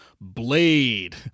Blade